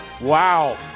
Wow